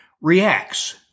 reacts